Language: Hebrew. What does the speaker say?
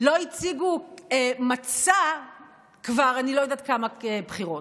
לא הציגו מצע אני לא יודעת כבר כמה בחירות.